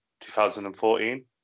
2014